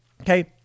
Okay